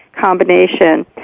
combination